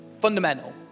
fundamental